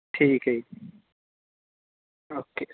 ਠੀਕ ਹੈ ਜੀ ਓਕੇ